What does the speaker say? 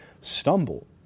stumble